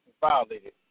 violated